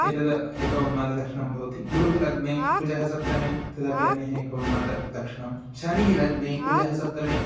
एतद् एकम् उन्मादलक्षणं भवति गुरुः लग्ने कुजः सप्तमे तदपि अन्य एकम् उन्मादलक्षणं शनिः लग्ने कुजः सप्तमे